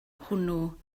hwnnw